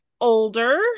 older